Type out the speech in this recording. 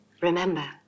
Remember